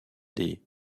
des